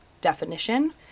definition